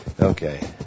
Okay